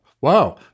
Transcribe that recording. wow